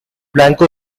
blanco